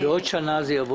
תודה